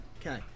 Okay